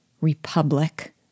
Republic